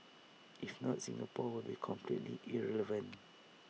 if not Singapore would be completely irrelevant